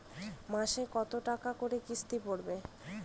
মাসে কত টাকা করে কিস্তি পড়বে?